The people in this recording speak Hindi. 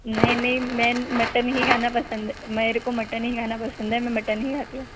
नहीं नहीं मटन ही खाना पसंद है मेरे को मटन ही खाना पसंद है मटन ही खाती हूँ